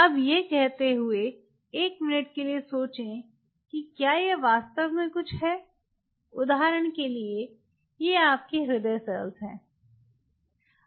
अब यह कहते हुए एक मिनट के लिए सोचें कि यह वास्तव में कुछ है उदाहरण के लिए ये आपकी हृदय सेल्स हैं